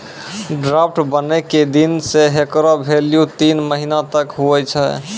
draft बनै के दिन से हेकरो भेल्यू तीन महीना तक हुवै छै